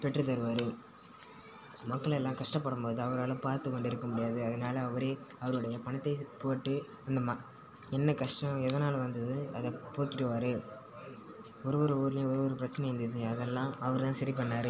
பெற்றுத் தருவார் மக்கள் எல்லாம் கஷ்டப்படும்போது அவரால் பார்த்துக்கொண்டு இருக்க முடியாது அதனால் அவர் அவரோட பணத்தை போட்டு அந்த மக் என்ன கஷ்டம் எதனால் வந்தது அதை போக்கிடுவார் ஒரு ஒரு ஊர்லியும் ஒரு ஒரு பிரச்சனை இருந்தது அதெல்லாம் அவர்தான் சரி பண்ணிணாரு